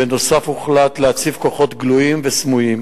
בנוסף, הוחלט להציב כוחות גלויים וסמויים,